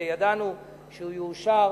וידענו שהוא יאושר,